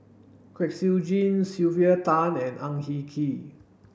Kwek Siew Jin Sylvia Tan and Ang Hin Kee